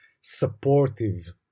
supportive